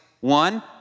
One